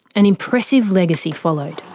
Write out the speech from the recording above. an impressive legacy followed.